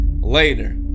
later